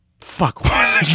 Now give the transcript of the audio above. fuck